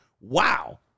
Wow